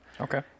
Okay